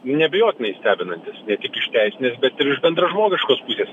neabejotinai stebinantis ne tik iš teisinės bet ir iš bendražmogiškos pusės